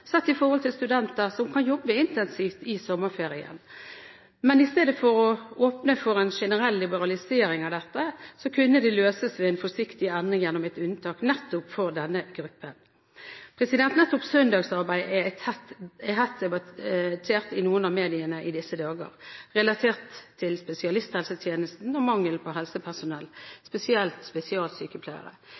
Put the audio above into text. sett i forhold til studenter som kan jobbe intensivt i sommerferien. Men i stedet for å åpne for en generell liberalisering av dette kunne det løses ved en forsiktig endring gjennom et unntak nettopp for denne gruppen. Nettopp søndagsarbeid er hett debattert i noen av mediene i disse dager, relatert til spesialisthelsetjenesten og mangelen på helsepersonell, spesielt spesialsykepleiere.